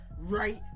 right